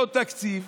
אותו תקציב